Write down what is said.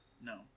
No